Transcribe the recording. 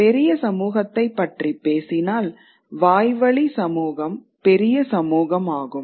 பெரிய சமூகத்தைப் பற்றி பேசினால் வாய்வழி சமூகம் பெரிய சமூகமாகும்